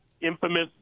infamous